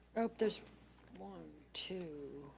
oh there's one, two,